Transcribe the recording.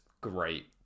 great